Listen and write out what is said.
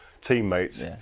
teammates